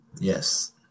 Yes